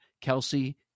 Kelsey